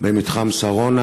במתחם שרונה,